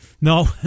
No